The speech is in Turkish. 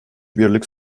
birlik